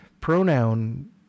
pronoun